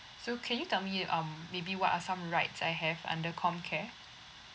so can you tell me um maybe what are some rights I have under com care